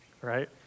right